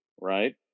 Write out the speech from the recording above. right